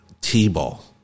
T-ball